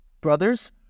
brothers